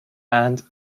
and